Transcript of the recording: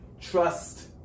trust